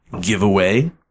giveaway